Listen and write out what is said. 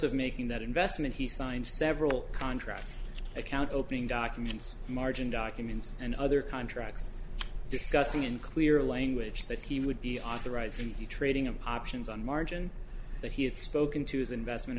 of making that investment he signed several contracts account opening documents margin documents and other contracts discussing in clear language that he would be authorizing the trading of options on margin but he had spoken to his investment